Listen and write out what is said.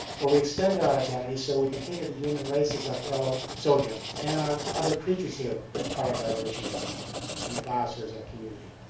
but we extend our identities so we can think of the human race as our fellow sojourners and our other creatures here as part of our evolutionary family and the biosphere as our community.